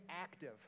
active